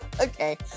okay